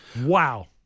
Wow